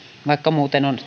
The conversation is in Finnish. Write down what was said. vaikka muuten on